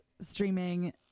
streaming